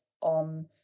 on